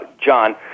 John